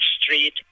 street